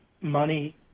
money